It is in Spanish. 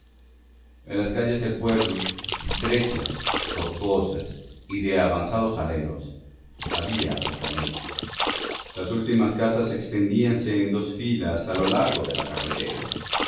en las calles del pueblo estrechas tortuosas y de avanzados aleros había poca luz las últimas casas extendíanse en dos filas a lo largo de la carretera